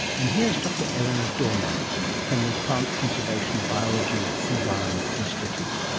and here's dr eleanor dormontt from the plant conservation biology environment institute.